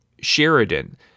Sheridan